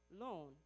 loan